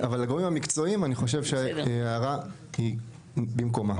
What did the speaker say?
אבל לגורמים המקצועיים אני חושב שההערה הזו במקומה.